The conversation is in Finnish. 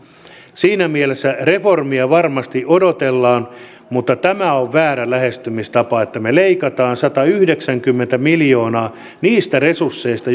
siinä mielessä reformia varmasti odotellaan mutta tämä on väärä lähestymistapa että me leikkaamme satayhdeksänkymmentä miljoonaa niistä resursseista